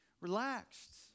relaxed